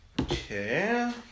Okay